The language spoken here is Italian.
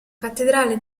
cattedrale